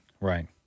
Right